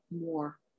more